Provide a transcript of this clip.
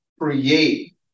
create